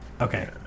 okay